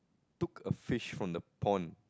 took a fish from the pond